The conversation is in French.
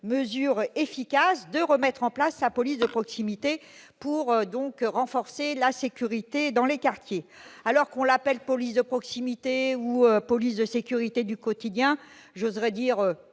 mesure efficace de remettre en place sa police de proximité pour donc renforcer la sécurité dans les quartiers, alors qu'on l'appelle police de proximité ou police de sécurité du quotidien, j'oserais dire